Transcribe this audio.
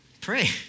pray